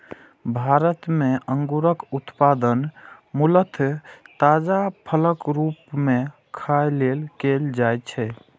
भारत मे अंगूरक उत्पादन मूलतः ताजा फलक रूप मे खाय लेल कैल जाइ छै